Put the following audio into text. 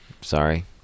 Sorry